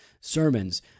sermons